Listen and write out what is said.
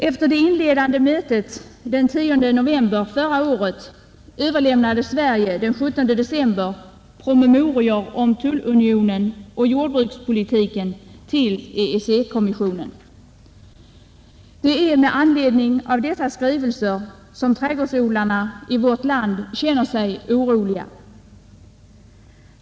Efter det inledande mötet den 10 november förra året överlämnade Sverige den 17 december promemorior om tullunionen och jordbrukspolitiken till EEC-kommissionen. Det är med anledning av dessa skrivelser som trädgårdsodlarna i vårt land känner sig oroliga.